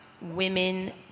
women